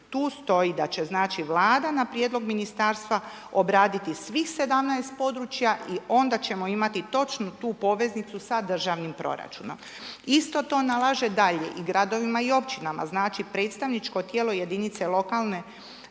tu stoji da će Vlada na prijedlog ministarstva obraditi svih 17 područja i onda ćemo imati točno tu poveznicu sa državnim proračunom. Isto to nalaže dalje i gradovima i općinama, znači predstavničko tijelo jedinica lokalne